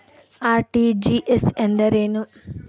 RTGS ಎಂದರೇನು?